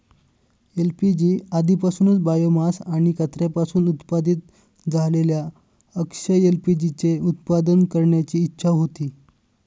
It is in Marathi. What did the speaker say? एल.पी.जी आधीपासूनच बायोमास आणि कचऱ्यापासून उत्पादित झालेल्या अक्षय एल.पी.जी चे उत्पादन करण्याची इच्छा होती